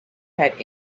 had